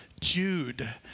Jude